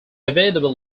available